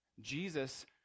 Jesus